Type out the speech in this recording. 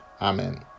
Amen